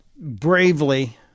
bravely